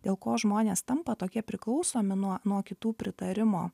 dėl ko žmonės tampa tokie priklausomi nuo nuo kitų pritarimo